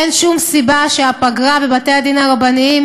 אין שום סיבה שהפגרה בבתי-הדין הרבניים